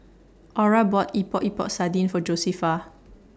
Aura bought Epok Epok Sardin For Josefa